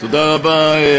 תודה רבה,